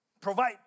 provide